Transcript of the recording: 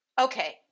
Okay